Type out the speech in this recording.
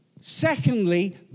Secondly